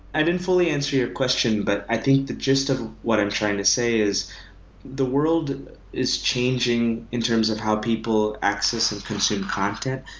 i didn't fully and your question, but i think the gist of what i'm trying to say is the world is changing in terms of how people access and consume content.